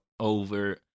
over